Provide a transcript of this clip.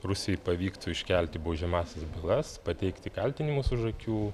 rusijai pavyktų iškelti baudžiamąsias bylas pateikti kaltinimus už akių